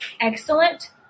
excellent